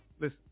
listen